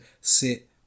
sit